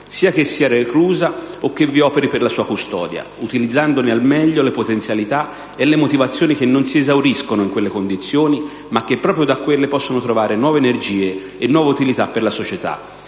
sia che sia reclusa o che vi operi per la sua custodia, utilizzandone al meglio le potenzialità e le motivazioni che non si esauriscono in quelle condizioni, ma che proprio da quelle possono trovare nuove energie e nuova utilità per la società.